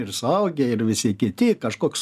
ir suaugę ir visi kiti kažkoks